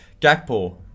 Gakpo